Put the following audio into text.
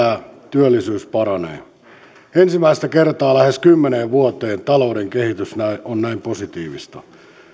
työllisyys paranee ensimmäistä kertaa lähes kymmeneen vuoteen talouden kehitys on näin positiivista